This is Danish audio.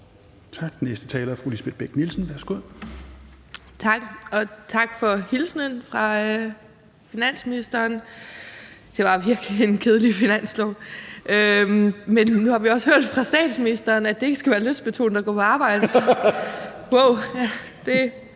Værsgo. Kl. 16:42 Lisbeth Bech-Nielsen (SF): Tak, og tak for hilsenen fra finansministeren. Det var virkelig en kedelig finanslov, men nu har vi også hørt fra statsministeren, at det ikke skal være lystbetonet at gå på arbejde – det